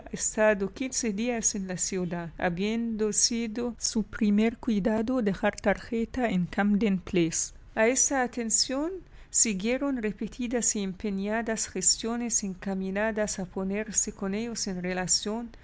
quince días en la ciudad habiendo sido su primer cuidado dejar tarjeta en camden place a esta atención siguicron repetidas y empeñadas gestiones encaminadas a ponerse con ellos en